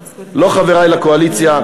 לא, חברי לקואליציה,